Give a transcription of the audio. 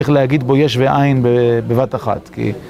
צריך להגיד בו יש ואין בבת אחת